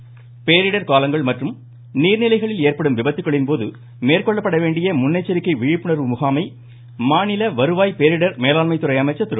உதயகுமார் பேரிடர் காலங்கள் மற்றும் நீர்நிலைகளில் ஏற்படும் விபத்துக்களின்போது மேற்கொள்ள வேண்டிய முன்னெச்சரிக்கை விழிப்புணர்வு முகாமை மாநில வருவாய் பேரிடர் மேலாண்மை துறை அமைச்சர் திரு